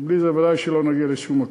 כי בלי זה ודאי שלא נגיע לשום מקום.